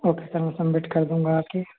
okay sir मैं submit कर दूँगा आके